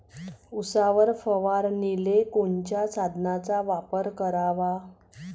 उसावर फवारनीले कोनच्या साधनाचा वापर कराव?